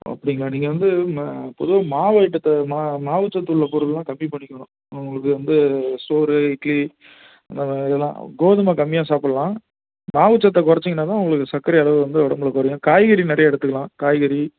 ஓ அப்படிங்களா நீங்கள் வந்து ம பொதுவாக மாவு ஐட்டத்தை மா மாவு சத்துள்ள பொருளெலாம் கம்மி பண்ணிக்கணும் உங்களுக்கு வந்து சோறு இட்லி இதெல்லாம் கோதுமை கம்மியாக சாப்பிட்லாம் மாவு சத்தை குறைச்சிங்கன்னா தான் உங்களுக்கு சர்க்கரை அளவு வந்து உடம்புல குறையும் காய்கறி நிறையா எடுத்துக்கலாம் காய்கறி